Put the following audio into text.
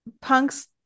Punk's